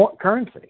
currency